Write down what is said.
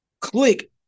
click